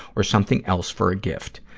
or something else for a gift.